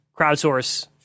crowdsource